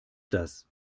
das